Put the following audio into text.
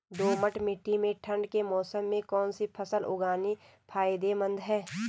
दोमट्ट मिट्टी में ठंड के मौसम में कौन सी फसल उगानी फायदेमंद है?